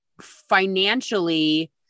financially